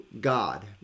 God